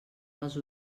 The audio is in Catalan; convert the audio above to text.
dels